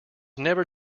never